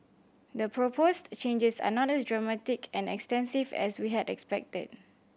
the proposed changes are not as dramatic and extensive as we had expected